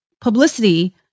publicity